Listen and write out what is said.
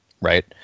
right